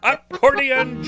Accordion